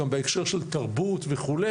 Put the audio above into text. גם בהקשר של תרבות וכו',